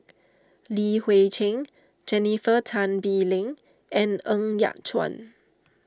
Li Hui Cheng Jennifer Tan Bee Leng and Ng Yat Chuan